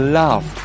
love